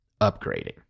upgrading